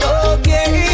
okay